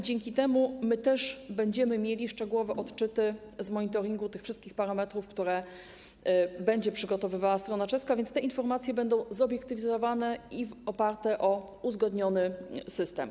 Dzięki temu my też będziemy mieli szczegółowe odczyty z monitoringu tych wszystkich parametrów, które będzie przygotowywała strona czeska, więc te informacje będą zobiektywizowane i oparte o uzgodniony system.